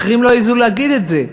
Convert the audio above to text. אחרים לא העזו להגיד את זה.